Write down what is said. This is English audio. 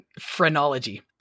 Phrenology